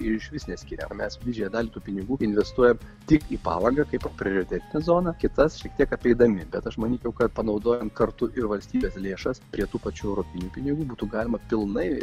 išvis neskiria o mes didžiąją dalį tų pinigų investuojam tik į palangą kaip prioriteto zoną kitas šiek tiek apeidami bet aš manyčiau kad panaudojant kartu ir valstybės lėšas prie tų pačių europinių pinigų būtų galima pilnai